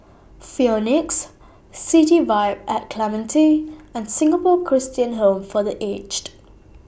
Phoenix City Vibe At Clementi and Singapore Christian Home For The Aged